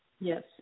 Yes